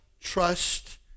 trust